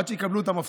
עד שיקבלו את המפתח.